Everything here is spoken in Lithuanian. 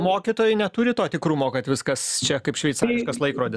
mokytojai neturi to tikrumo kad viskas čia kaip šveicariškas laikrodis